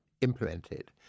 implemented